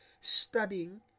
studying